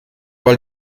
weil